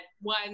one